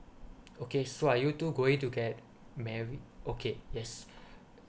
okay so are you two going to get married okay yes